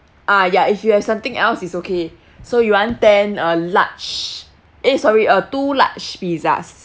ah ya if you have something else it's okay so you want ten uh large eh sorry uh two large pizzas